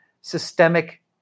systemic